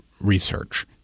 research